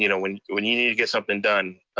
you know when when he needed to get something done,